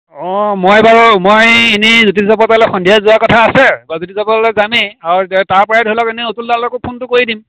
মই বাৰু মই এনে যতীন্দ্ৰৰ ঘৰলে সন্ধিয়া যোৱা কথা আছে প্ৰাগজ্যোতিষহঁতে জানেই আৰু তাৰ পৰাই ধৰি লওক এনে অতুল দালৈকো ফোনটো কৰি দিম